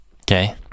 Okay